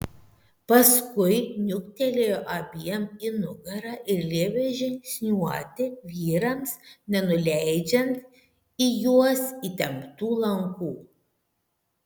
paskui niuktelėjo abiem į nugarą ir liepė žingsniuoti vyrams nenuleidžiant į juos įtemptų lankų